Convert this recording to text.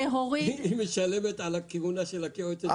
אנחנו ייעצנו להוריד --- היא משלמת על הכהונה של היועץ המשפטי.